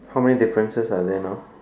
how many differences are there now